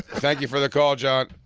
thank you for the call, john.